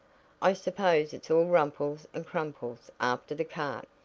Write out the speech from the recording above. i suppose it's all rumples and crumples after the cart.